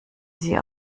sie